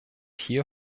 hier